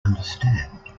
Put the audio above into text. understand